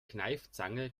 kneifzange